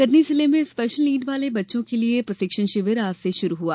कटनी जिले में special need वाले बच्चों के लिए प्रशिक्षण शिविर आज से शुरू हुआ